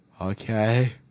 okay